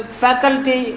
faculty